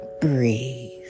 breathe